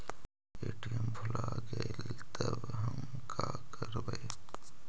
ATM भुला गेलय तब हम काकरवय?